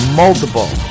multiple